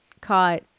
caught